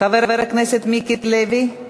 חבר הכנסת מיקי לוי,